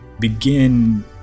begin